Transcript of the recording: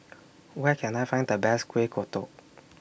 Where Can I Find The Best Kueh Kodok